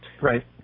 Right